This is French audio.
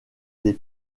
des